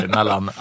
Mellan